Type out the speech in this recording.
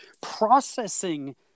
processing